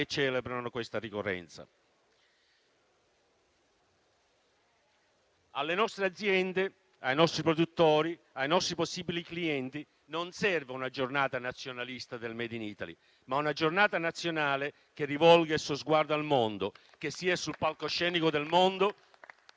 celebrano questa ricorrenza. Alle nostre aziende, ai nostri produttori, ai nostri possibili clienti non serve una giornata nazionalista del *made in Italy*, ma una giornata nazionale che rivolga il suo sguardo al mondo, che sia sul palcoscenico del mondo, come